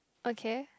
okay